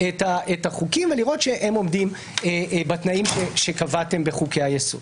את החוקים ולראות שהם עומדים בתנאים שקבעתם בחוקי היסוד.